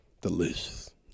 Delicious